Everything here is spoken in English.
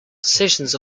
decisions